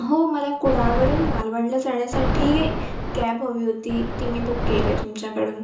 हो मला कुडाळवरून मालवणला जाण्यासाठी कॅब हवी होती ती मी बुक केली आहे तुमच्याकडून